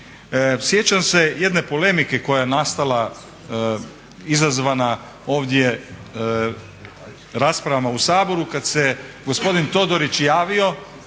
Sjećam se jedne polemike koja je nastala izazvana ovdje raspravama u Saboru kad se gospodin Todorić javio